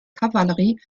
kavallerie